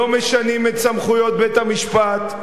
לא משנים את סמכויות בית-המשפט,